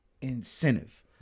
incentive